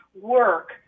work